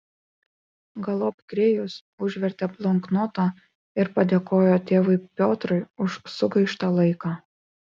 galop grėjus užvertė bloknotą ir padėkojo tėvui piotrui už sugaištą laiką